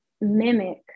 mimic